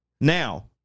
Now